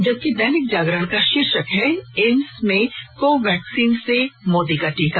जबकि दैनिक जागरण का शीर्षक है एम्स में को वैक्सीन से मोदी का टीका